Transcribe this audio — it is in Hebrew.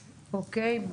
אוקיי.